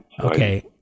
Okay